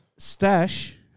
Stash